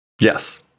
Yes